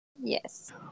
yes